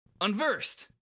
Unversed